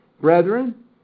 brethren